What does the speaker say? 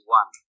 one